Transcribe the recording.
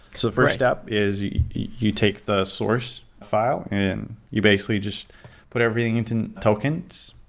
so first step is you take the source file and you basically just put everything into tokens.